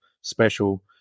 special